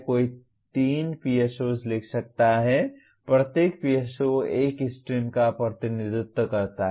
कोई 3 PSOs लिख सकता है प्रत्येक PSO एक स्ट्रीम का प्रतिनिधित्व करता है